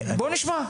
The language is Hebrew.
בואו נשמע.